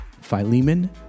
Philemon